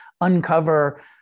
uncover